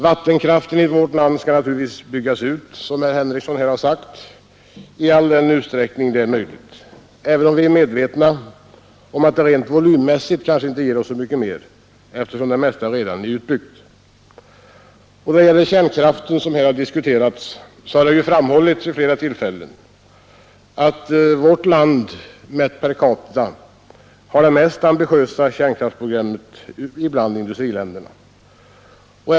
Vattenkraften i vårt land skall naturligtvis, som herr Henrikson här har sagt, byggas ut i all den utsträckning det är möjligt, fastän vi är medvetna om att den rent volymmässigt kanske inte ger oss så mycket mer eftersom det mesta redan är utbyggt. Då det gäller kärnkraften har det ju framhållits vid flera tillfällen att vårt land har det mest ambitiösa kärnkraftsprogrammet bland industriländerna mätt per capita.